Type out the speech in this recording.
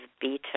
beaten